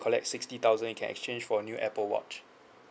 collect sixty thousand you can exchange for a new apple watch